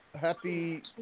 Happy